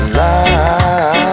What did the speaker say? life